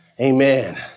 Amen